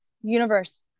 universe